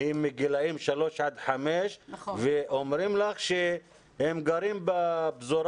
והם מגילאים 3 עד 5 ואומרים לך שהם גרים בפזורה,